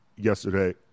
yesterday